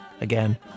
Again